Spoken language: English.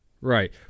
right